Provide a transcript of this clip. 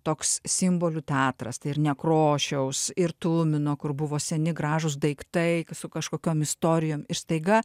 toks simbolių teatras tai ir nekrošiaus ir tumino kur buvo seni gražūs daiktai su kažkokiom istorijomis ir staiga